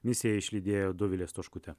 misiją išlydėjo dovilė stoškutė